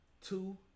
Two